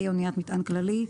אניית מטען כללי.